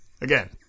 Again